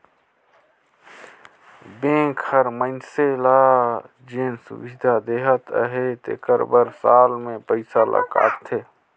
bank हर मइनसे ल जेन सुबिधा देहत अहे तेकर बर साल में पइसा ल काटथे